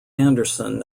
anderson